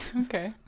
Okay